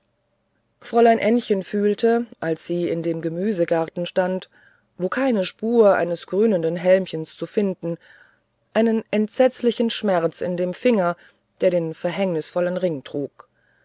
fräulein ännchen fühlte als sie in dem gemüsegarten stand wo keine spur eines grünenden hälmchens zu finden einen entsetzlichen schmerz in dem finger der den verhängnisvollen ring trug